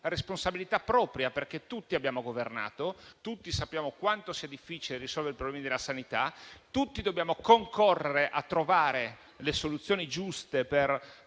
responsabilità propria, perché tutti abbiamo governato, tutti sappiamo quanto sia difficile risolvere i problemi della sanità e tutti dobbiamo concorrere a trovare le soluzioni giuste per